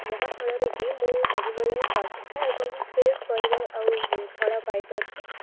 ଯାହାଫଳରେ କି ମୁଁ ସବୁବେଳେ ତଟକା ଏବଂ ଫ୍ରେଶ ପରିବା ଆଉ ଫଳ ପାଇପାରୁଛି